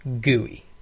gooey